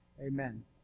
Amen